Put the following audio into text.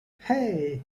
hey